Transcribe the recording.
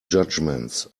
judgements